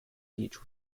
beach